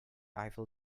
eiffel